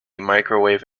microwave